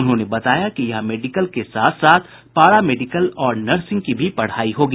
उन्होंने बताया कि यहां मेडिकल के साथ पारा मेडिकल और नर्सिंग की भी पढ़ाई होगी